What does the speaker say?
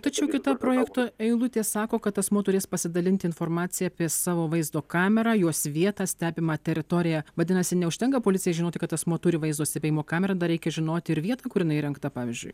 tačiau kita projekto eilutė sako kad asmuo turės pasidalinti informacija apie savo vaizdo kamerą jos vietą stebimą teritoriją vadinasi neužtenka policijai žinoti kad asmuo turi vaizdo stebėjimo kamerą dar reikia žinoti ir vietą kur jinai įrengta pavyzdžiui